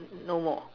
no more